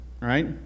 right